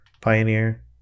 Pioneer